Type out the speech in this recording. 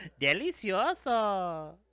Delicioso